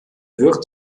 wirt